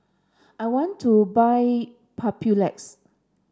I want to buy Papulex